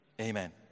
Amen